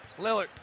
Lillard